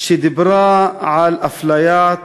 שדיברה על הפליית